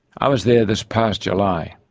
i was there this past july.